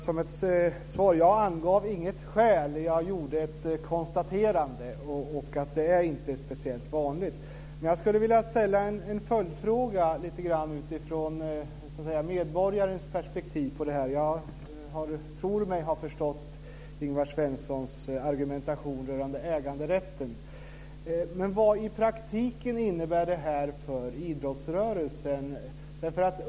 Fru talman! Jag angav inget skäl, jag konstaterade att det inte är speciellt vanligt. Men jag skulle vilja ställa en följdfråga lite utifrån medborgarens perspektiv på detta. Jag tror mig ha förstått Ingvar Svenssons argumentation rörande äganderätten. Vad innebär detta i praktiken för idrottsrörelsen?